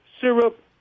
syrup